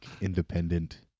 independent